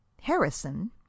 Harrison